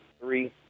three